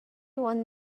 won